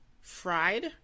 Fried